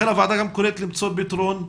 לכן הוועדה גם קוראת למצוא פתרון,